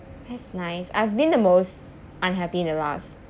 that's nice I've been the most unhappy in the last